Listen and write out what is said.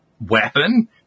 weapon